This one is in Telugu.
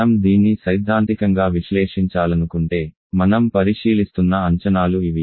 మనం దీన్ని సైద్ధాంతికంగా విశ్లేషించాలనుకుంటే మనం పరిశీలిస్తున్న అంచనాలు ఇవి